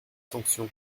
sanctions